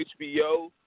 HBO